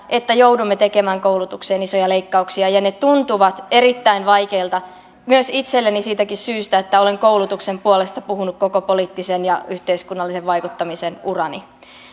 että joudumme tekemään koulutukseen isoja leikkauksia ja ne tuntuvat erittäin vaikeilta myös itselleni siitäkin syystä että olen koulutuksen puolesta puhunut koko poliittisen ja yhteiskunnallisen vaikuttamisen urani